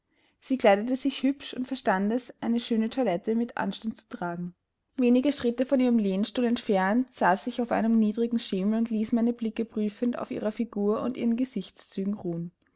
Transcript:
sie kleidete sich hübsch und verstand es eine schöne toilette mit anstand zu tragen wenige schritte von ihrem lehnstuhl entfernt saß ich auf einem niedrigen schemel und ließ meine blicke prüfend auf ihrer figur und ihren gesichtszügen ruhen